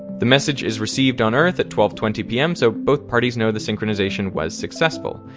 the message is received on earth at twelve twenty pm, so both parties know the synchronization was successful.